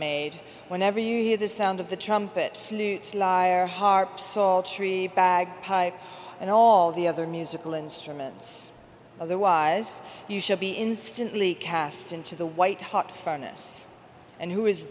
made whenever you hear the sound of the trumpet flute or harp psaltery bagpipes and all the other musical instruments otherwise you should be instantly cast into the white hot furnace and who is